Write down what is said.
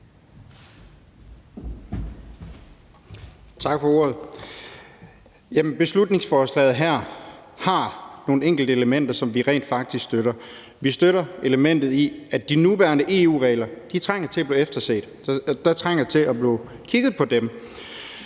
Beslutningsforslaget her har nogle enkelte elementer, som vi rent faktisk støtter. Vi støtter det element, at de nuværende EU-regler trænger til at blive efterset. Der trænger til at blive kigget på dem,